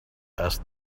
asked